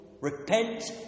repent